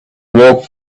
work